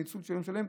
ניצול של יום שלם,